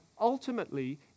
ultimately